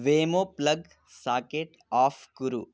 वेमो plug socket off कुरु